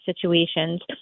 situations